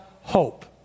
hope